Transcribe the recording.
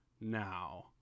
now